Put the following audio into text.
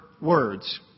words